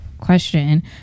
question